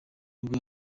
nibwo